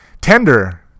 Tender